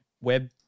web